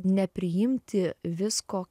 nepriimti visko